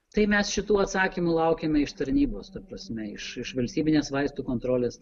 tai mes šitų atsakymų laukiame iš tarnybos ta prasme iš iš valstybinės vaistų kontrolės